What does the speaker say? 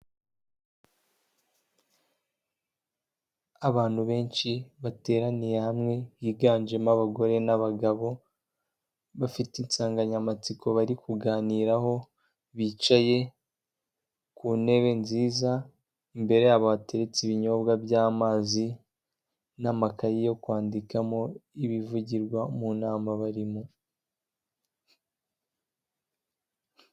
Abantu benshi bateraniye hamwe higanjemo abagore n'abagabo bafite insanganyamatsiko bari kuganiraho, bicaye ku ntebe nziza imbere yabo hateretse ibinyobwa by'amazi n'amakayi yo kwandikamo ibivugirwa mu nama barimo.